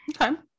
Okay